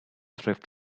thrift